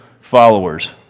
followers